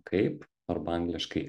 kaip arba angliškai